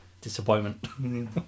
disappointment